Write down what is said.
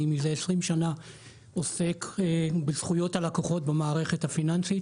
אני מזה 20 שנה עוסק בזכויות הלקוחות במערכת הפיננסית.